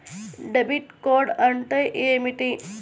Debit card అంటే ఏమిటి?